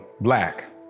black